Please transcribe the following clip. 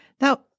Now